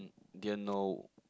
didn't know